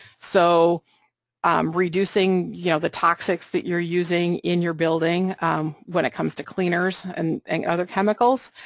so um reducing, you know, the toxins that you're using in your building when it comes to cleaners and and other chemicals,